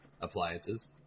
appliances